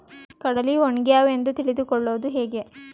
ಕಡಲಿ ಒಣಗ್ಯಾವು ಎಂದು ತಿಳಿದು ಕೊಳ್ಳೋದು ಹೇಗೆ?